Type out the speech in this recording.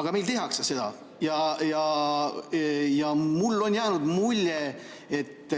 Aga meil tehakse seda ja mulle on jäänud mulje, et